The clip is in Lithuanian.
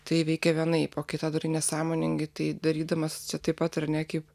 tai veikia vienaip o kai tą darai nesąmoningai tai darydamas taip pat ar ne kaip